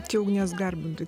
čia ugnies garbintojai